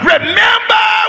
Remember